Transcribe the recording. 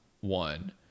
one